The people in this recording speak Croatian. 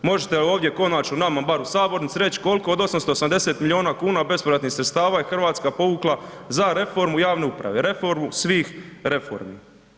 Možete ovdje konačno bar nama u sabornici reći koliko od 870 milijuna bespovratnih sredstava je Hrvatska povukla za reformu javne uprave, reformu svih reformi.